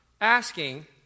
asking